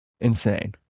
Insane